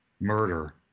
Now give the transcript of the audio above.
murder